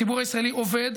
הציבור הישראלי עובד,